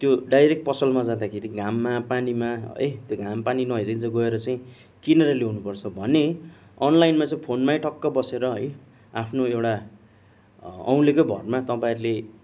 त्यो डाइरेक्ट पसलमा जादाँखेरि घाममा पानीमा है त्यो घाम पानी नहेरी गएर चाहिँ किनेर ल्याउनुपर्छ भने अनलाइनमा चाहिँ फोनमै टक्क बसेर है आफ्नो एउटा औंलीकै भरमा तपाईँहरूले